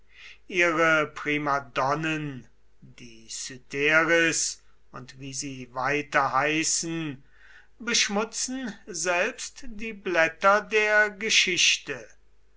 ihre primadonnen die cytheris und wie sie weiter heißen beschmutzen selbst die blätter der geschichte